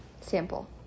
Sample